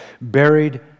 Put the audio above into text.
buried